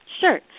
Sure